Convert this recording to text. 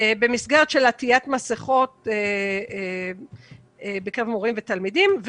במסגרת של עטיית מסכות בקרב מורים ותלמידים,